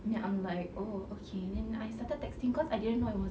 then I'm like oh okay then I started texting cause I didn't know it was